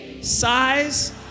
size